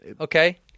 Okay